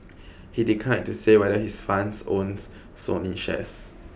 he declined to say whether his funds owns Sony shares